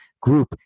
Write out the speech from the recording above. group